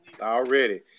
Already